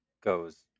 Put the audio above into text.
goes